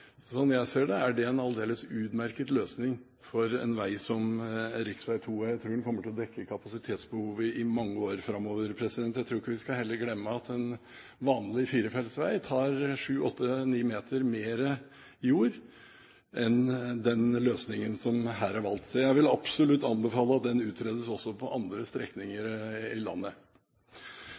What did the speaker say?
jeg ser det, er en aldeles utmerket løsning for en vei som rv. 2, og jeg tror den kommer til å dekke kapasitetsbehovet i mange år framover. Jeg tror heller ikke vi skal glemme at en vanlig firefelts vei tar 7–8–9 meter mer jord enn den løsningen som her er valgt. Så jeg vil absolutt anbefale at det utredes også på andre strekninger i landet.